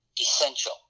essential